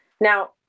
Now